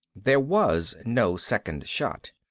there was no second shot.